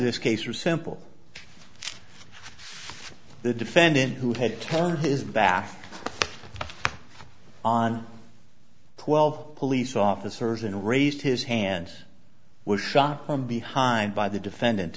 this case are simple the defendant who had turned his back on twelve police officers and raised his hands was shot from behind by the defendant